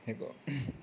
त्यहाँको